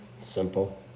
Simple